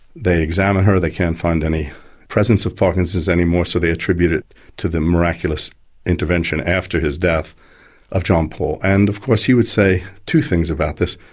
they examine her, they can't find any presence of parkinson's anymore, so they attribute it to the miraculous intervention after his death of john paul. and of course he would say two things about this.